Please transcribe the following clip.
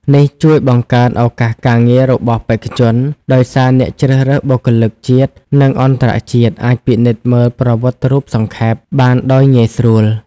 នេះជួយបង្កើនឱកាសការងាររបស់បេក្ខជន ដោយសារអ្នកជ្រើសរើសបុគ្គលិកជាតិ និងអន្តរជាតិអាចពិនិត្យមើលប្រវត្តិរូបសង្ខេប បានដោយងាយស្រួល។